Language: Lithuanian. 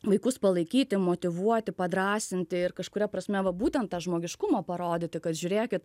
vaikus palaikyti motyvuoti padrąsinti ir kažkuria prasme va būtent tą žmogiškumą parodyti kad žiūrėkit